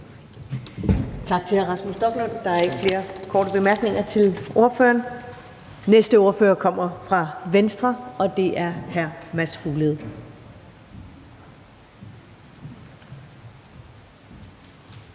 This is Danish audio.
Tak til hr. Rasmus Stoklund. Der er ikke flere korte bemærkninger til ordføreren. Næste ordfører kommer fra Venstre, og det er hr. Mads Fuglede.